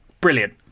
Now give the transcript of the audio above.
brilliant